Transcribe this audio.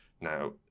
Now